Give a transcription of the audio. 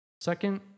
Second